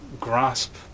grasp